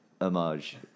homage